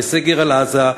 לסגר על עזה,